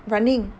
running